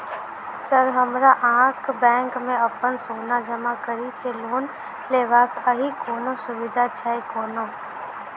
Sir हमरा अहाँक bank मे अप्पन सोना जमा करि केँ लोन लेबाक अई कोनो सुविधा छैय कोनो?